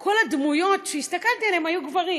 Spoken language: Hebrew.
כל הדמויות שהסתכלתי עליהן היו גברים.